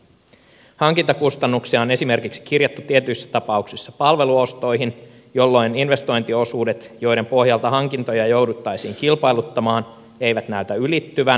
hankintakustannuksia on esimerkiksi kirjattu tietyissä tapauksissa palveluostoihin jolloin investointiosuudet joiden pohjalta hankintoja jouduttaisiin kilpailuttamaan eivät näytä ylittyvän